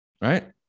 right